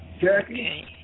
Jackie